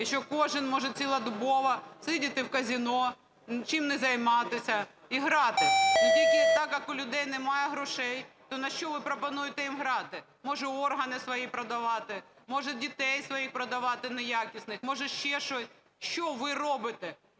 і що кожен може цілодобово сидіти в казино, нічим не займатися і грати. Ну, тільки так, як у людей немає грошей, то на що ви пропонуєте їм грати? Може, органи свої продавати, може, дітей своїх продавати "неякісних", може ще щось? Що ви робите?